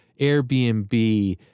Airbnb